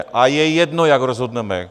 A je jedno, jak rozhodneme.